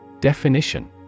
Definition